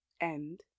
End